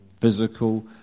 physical